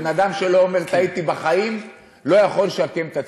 בן אדם שלא אומר "טעיתי" בחיים לא יכול לשקם את עצמו.